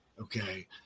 Okay